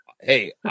Hey